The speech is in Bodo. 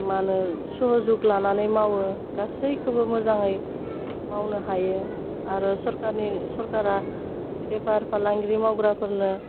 मा होनो सहजुग लानानै मावो गासैखौबो मोजाङै मावनो हायो आरो सरकारनि सरकारा बेफार फालांगिरि मावग्राफोरनो